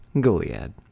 Goliad